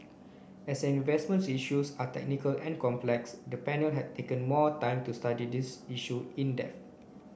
as an investment issues are technical and complex the panel has taken more time to study this issue in depth